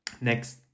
next